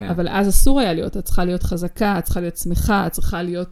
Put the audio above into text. אבל אז אסור היה להיות, צריכה להיות חזקה, צריכה להיות סמיכה, צריכה להיות...